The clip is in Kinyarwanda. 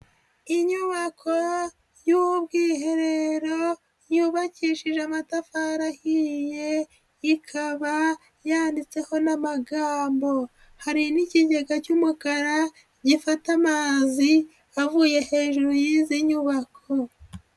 Inyubako y'ubwiherero yubakishije amatafari ahiye, ikaba yanditseho n'amagambo. Hari n'ikigega cy'umukara gifata amazi avuye hejuru y'izi nyubako.